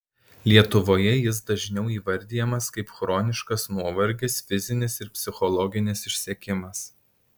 lietuvoje jis dažniau įvardijamas kaip chroniškas nuovargis fizinis ir psichologinis išsekimas